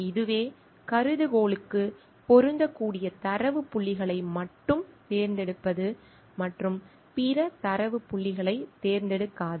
இதுவே கருதுகோளுக்கு பொருந்தக்கூடிய தரவு புள்ளிகளை மட்டும் தேர்ந்தெடுப்பது மற்றும் பிற தரவு புள்ளிகளைத் தேர்ந்தெடுக்காது